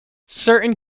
certain